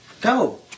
Go